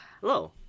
hello